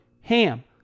HAM